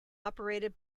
operated